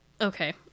Okay